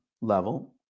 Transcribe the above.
level